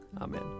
Amen